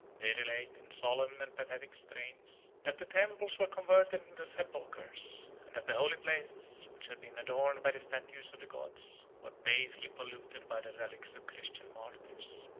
they relate, in solemn and pathetic strains, that the temples were converted into sepulchres, and that the holy places, which had been adorned by the statues of the gods, were basely polluted by the relics of christian martyrs.